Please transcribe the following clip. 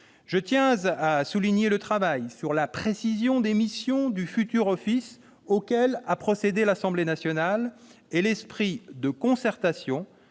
Je tiens à souligner le travail de précision des missions du futur office auquel a procédé l'Assemblée nationale et l'esprit de concertation